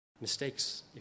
Mistakes